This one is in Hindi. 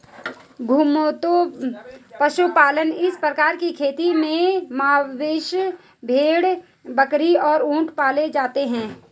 घुमंतू पशुपालन इस प्रकार की खेती में मवेशी, भेड़, बकरी और ऊंट पाले जाते है